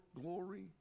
glory